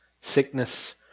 sickness